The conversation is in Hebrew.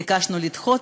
ביקשנו לדחות,